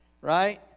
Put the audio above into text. right